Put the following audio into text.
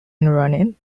running